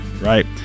right